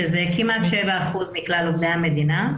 שזה כמעט 7% מכלל עובדי המדינה.